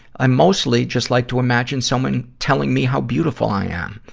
i mostly just like to imagine someone telling me how beautiful i am,